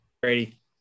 Brady